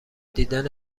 دیدن